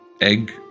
egg